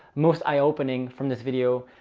most eye opening from this video?